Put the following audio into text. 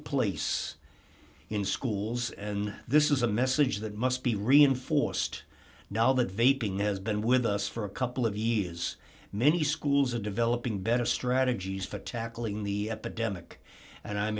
place in schools and this is a message that must be reinforced now that they ping has been with us for a couple of years many schools are developing better strategies for tackling the epidemic and i'm